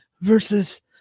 Versus